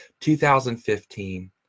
2015